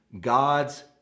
God's